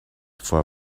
for